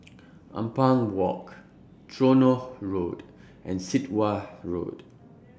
Ampang Walk Tronoh Road and Sit Wah Road